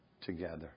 together